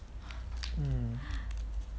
mm